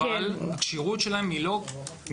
אבל הכשירות שלהם היא משמעותית.